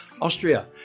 Austria